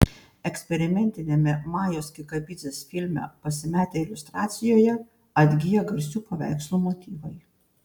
eksperimentiniame majos kikabidzės filme pasimetę iliustracijoje atgyja garsių paveikslų motyvai